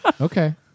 Okay